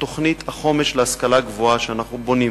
תוכנית החומש להשכלה גבוהה שאנחנו בונים